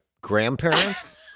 grandparents